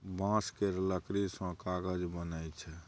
बांस केर लकड़ी सँ कागज बनइ छै